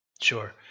Sure